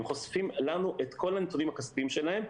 הם חושפים לנו את כל הנתונים הכספיים שלהם.